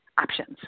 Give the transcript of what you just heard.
options